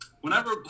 whenever